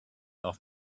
off